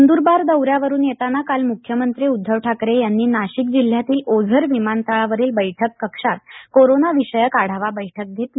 नंद्रबार दौऱ्यावरून येताना काल म्ख्यमंत्री उदधव ठाकरे यांनी नाशिक जिल्ह्यातील ओझर विमानतळावरील बैठक कक्षात कोरोनाविषयक आढावा बैठक घेतली